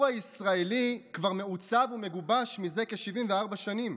הישראלי כבר מעוצב ומגובש מזה כ-74 שנים.